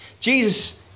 Jesus